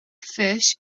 fish